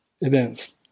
events